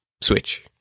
Switch